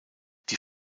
die